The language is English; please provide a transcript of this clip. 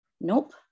Nope